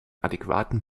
adequaten